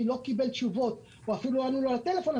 לא קיבל תשובות ואפילו לא ענו לו לטלפון,